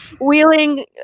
Wheeling